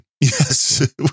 Yes